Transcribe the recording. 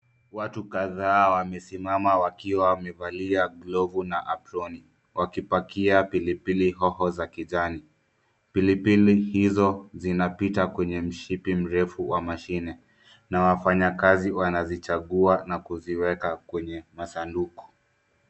Watu kadhaa wamesimama wakiwa wamevalia glavu na aproni wakipakia pili pili hoho za kijani pili pili hizo zinapita kwenye mshipi mrefu wa mashine na wafanyakazi wanazichagua na kuziweka kwenye masanduku.